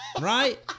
Right